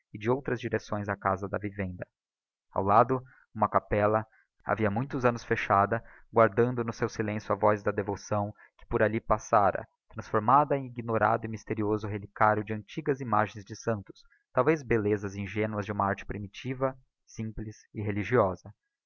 e de outras direcções á casa de vivenda ao lado uma capella havia muitos annos fechada guardando no seu silencio a voz da devoção que por ali passara transformada em ignorado e mvsterioso relicário de antigas imagens de santos talvez bellezas ingénuas de uma arte primitiva simples e religiosa